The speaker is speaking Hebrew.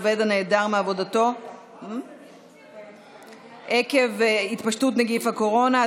עובד הנעדר מעבודתו עקב התפשטות נגיף הקורונה,